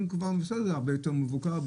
זה הרבה יותר מבוקר,